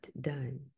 done